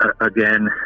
again